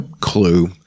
clue